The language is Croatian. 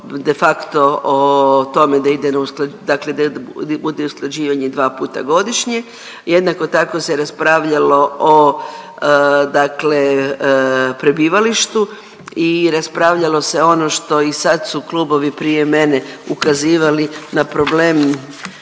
da ide, dakle da bude usklađivanje dva puta godišnje. Jednako tako se raspravljalo o, dakle prebivalištu i raspravljalo se ono što i sad su klubovi prije mene ukazivali na problem